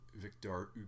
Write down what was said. Victor